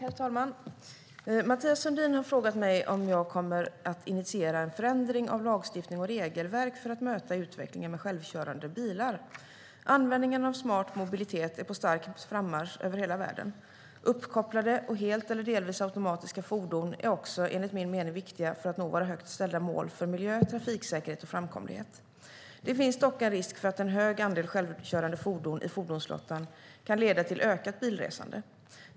Herr talman! Mathias Sundin har frågat mig om jag kommer att initiera en förändring av lagstiftning och regelverk för att möta utvecklingen med självkörande bilar. Användningen av smart mobilitet är på stark frammarsch över hela världen. Uppkopplade och helt eller delvis automatiska fordon är också enligt min mening viktiga för att nå våra högt ställda mål för miljö, trafiksäkerhet och framkomlighet. Det finns dock en risk för att en hög andel självkörande fordon i fordonsflottan kan leda till ökat bilresande.